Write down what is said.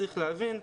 צריך להבין,